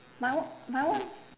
my one my one